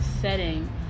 setting